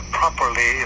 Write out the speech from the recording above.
properly